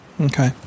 Okay